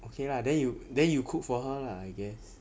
okay lah then you then you cook for her lah I guess